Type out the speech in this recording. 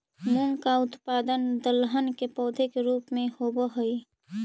मूंग का उत्पादन दलहन के पौधे के रूप में होव हई